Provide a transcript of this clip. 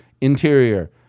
interior